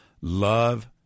Love